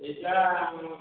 ଏଇଟା